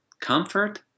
comfort